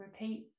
repeat